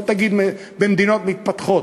לא תגיד במדינות מתפתחות.